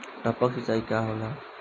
टपक सिंचाई का होला?